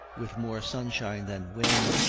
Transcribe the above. with more sunshine than wind,